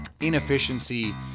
inefficiency